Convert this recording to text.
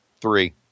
Three